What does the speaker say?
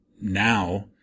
now